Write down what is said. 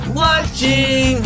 watching